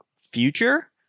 future